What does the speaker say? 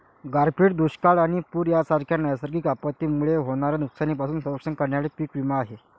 गारपीट, दुष्काळ आणि पूर यांसारख्या नैसर्गिक आपत्तींमुळे होणाऱ्या नुकसानीपासून संरक्षण करण्यासाठी पीक विमा आहे